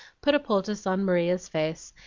put a poultice on maria's face,